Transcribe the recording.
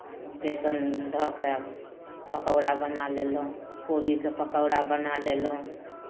बेसनमे धऽ कऽ पकौड़ा बना लेलहुँ कोबीके पकौड़ा बना लेलहुँ